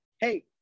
hey